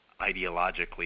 ideologically